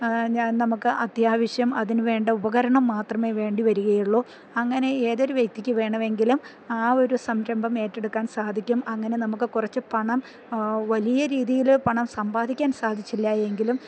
ഞാൻ നമുക്ക് അത്യാവശ്യം അതിന് വേണ്ട ഉപകരണം മാത്രമേ വേണ്ടി വരികയുള്ളൂ അങ്ങനെ ഏതൊരു വ്യക്തിക്ക് വേണമെങ്കിലും ആ ഒരു സംരംഭം ഏറ്റെടുക്കാൻ സാധിക്കും അങ്ങനെ നമുക്ക് കൊറച്ച് പണം വലിയ രീതിയില് പണം സമ്പാദിക്കാൻ സാധിച്ചില്ലായെങ്കിലും